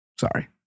sorry